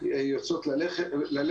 יוצאות להליכה.